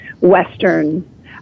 Western